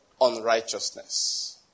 unrighteousness